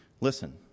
Listen